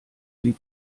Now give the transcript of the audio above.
sie